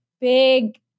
big